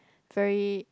very